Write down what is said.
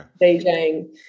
DJing